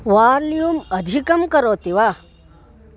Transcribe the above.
volume अधिकं करोति वा